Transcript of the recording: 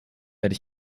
werde